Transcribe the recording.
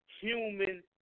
human